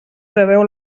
preveu